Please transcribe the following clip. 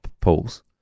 pools